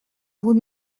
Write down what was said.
vous